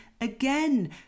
Again